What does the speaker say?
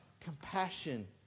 compassion